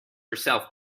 herself